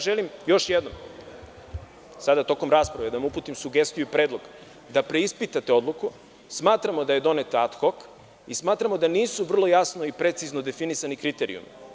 Želim još jednom, sada tokom rasprave, da vam uputim sugestiju i predlog da preispitate odluku, smatramo da je doneta ad hok i smatramo da nisu vrlo jasno i precizno definisani kriterijumi.